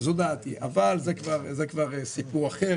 זו דעתי אבל זה כבר סיפור אחר.